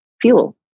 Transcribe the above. fuel